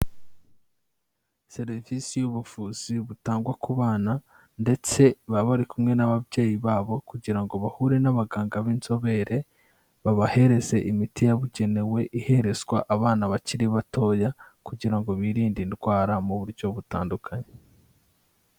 Serivisi y'ubuvuzi butangwa ku bana, ndetse baba bari kumwe n'ababyeyi babo, kugira ngo bahure n'abaganga b'inzobere babahereze imiti yabugenewe, iherezwa abana bakiri batoya, kugira ngo birinde indwara mu buryo butandukanye.